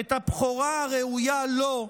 את הבכורה הראויה לו,